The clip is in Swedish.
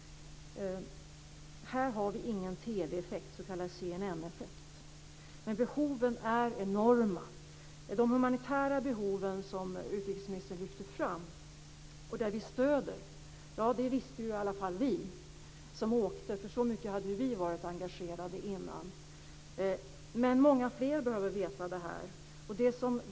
Här finns ingen TV-effekt, s.k. CNN-effekt. Men behoven är enorma. De humanitära behoven som utrikesministern lyfte fram - och som vi stöder - kände i alla fall vi som åkte dit till. Så mycket hade vi engagerat oss. Men många fler behöver känna till detta.